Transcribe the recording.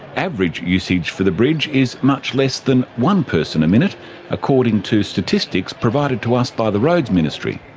average usage for the bridge is much less than one person a minute according to statistics provided to us by the roads ministry.